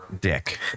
Dick